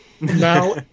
now